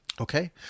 okay